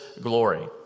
glory